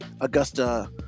Augusta